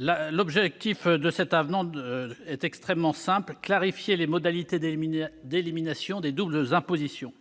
l'objectif de cet avenant est extrêmement simple : clarifier les modalités d'élimination des doubles impositions.